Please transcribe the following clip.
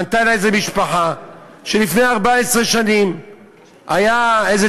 פנתה אלי איזו משפחה שלפני 14 שנים הייתה איזו